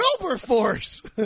Wilberforce